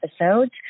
episodes